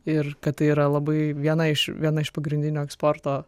ir kad tai yra labai viena iš viena iš pagrindinių eksporto